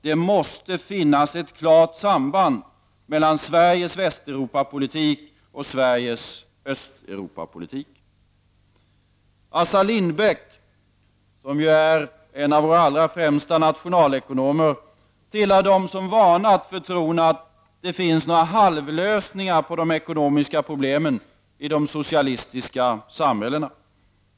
Det måste finnas ett klart samband mellan Sveriges Västeuropaoch Östeuropapolitik. Professor Assar Lindbeck, som är en av våra främsta nationalekonomer, tillhör dem som varnat för tron att det finns några halvlösningar på de ekonomiska problemen i de socialistiska samhällena.